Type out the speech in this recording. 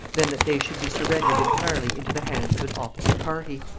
than that they should be surrendered entirely into the hands of an opposite party.